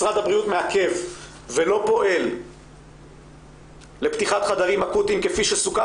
משרד הבריאות מעכב ולא פועל לפתיחת חדרים אקוטיים כפי שסוכם,